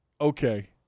Okay